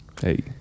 hey